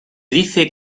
dice